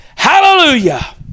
Hallelujah